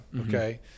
okay